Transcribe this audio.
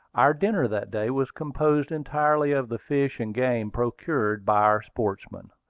our dinner that day was composed entirely of the fish and game procured by our sportsmen.